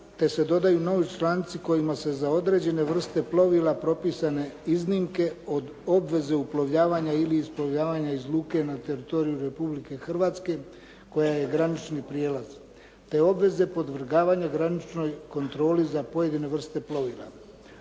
te se dodaju novi članci kojima se za određene vrste plovila propisane iznimke od obveze uplovljavanja ili isplovljavanja iz luke na teritoriju Republike Hrvatske koja je granični prijelaz, te obveze podvrgavanja graničnoj kontroli za pojedine vrste plovila.